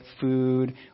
food